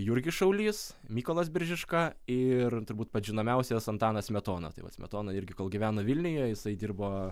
jurgis šaulys mykolas biržiška ir turbūt pats žinomiausias antanas smetona tai va smetona irgi kol gyveno vilniuje jisai dirbo